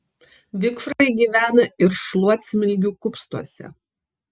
vikšrai gyvena ir šluotsmilgių kupstuose